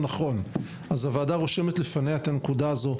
אז הוועדה הזאת רושמת לפניה את הנקודה הזאת,